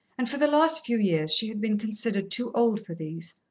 and for the last few years she had been considered too old for these.